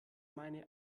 meine